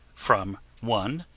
from one.